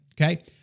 Okay